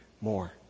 more